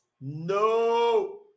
no